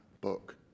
book